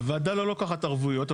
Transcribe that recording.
הוועדה לא לוקחת ערבויות.